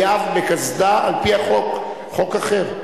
קסדה של מישהו אחר?